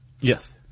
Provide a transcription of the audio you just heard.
Yes